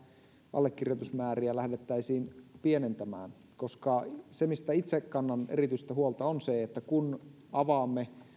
allekirjoitusmääriä lähdettäisiin pienentämään se mistä itse kannan erityistä huolta on se että kun avaamme